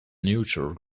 neutral